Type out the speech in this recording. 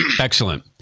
Excellent